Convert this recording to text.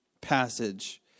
passage